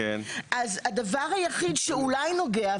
אז הדבר היחיד שאולי נוגע,